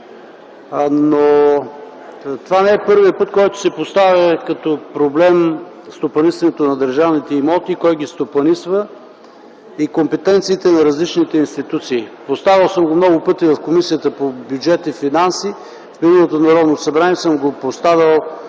Това не е първият път, в който се поставя проблемът за стопанисването на държавните имоти, кой ги стопанисва и компетенциите на различните институции. Поставял съм въпроса многократно в Комисията по бюджет и финанси, миналото Народно събрание две години